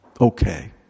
okay